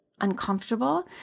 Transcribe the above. uncomfortable